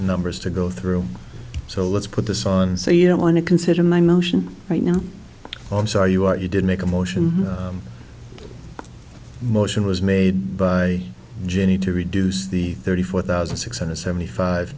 numbers to go through so let's put this on so you don't want to consider my motion right now i'm sorry you are you did make a motion motion was made by jenny to reduce the thirty four thousand six hundred seventy five